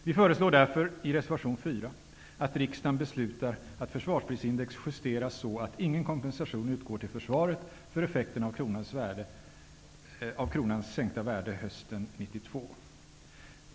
Vi föreslår därför i reservation 4 att riksdagen beslutar att försvarsprisindex justeras så, att ingen kompensation utgår till försvaret för effekterna av kronans sänkta värde hösten 1992.